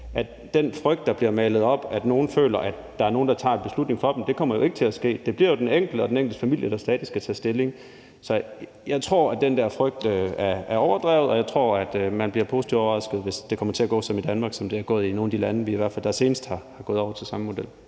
til den frygt, der bliver malet op, om, at nogen føler, at der er nogen, der tager en beslutning for dem, at det kommer jo ikke til at ske. Det bliver jo den enkelte og den enkeltes familie, der stadig skal tage stilling, så jeg tror, at den der frygt er overdrevet, og jeg tror, at man bliver positivt overrasket, hvis det i Danmark kommer til at gå, som det er gået i nogle af de lande, der senest er gået over til samme model.